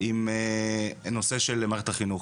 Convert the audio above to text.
עם נושא של מערכת החינוך?